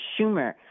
Schumer